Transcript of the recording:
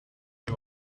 you